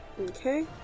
Okay